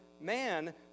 man